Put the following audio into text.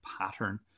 pattern